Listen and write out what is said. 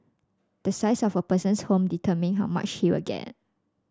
the size of a person's home determine how much he will get